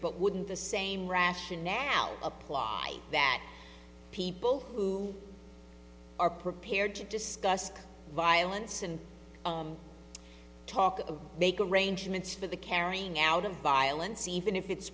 but wouldn't the same rationale apply that people who are prepared to discuss violence and talk of make arrangements for the carrying out of violence even if it's